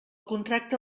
contracte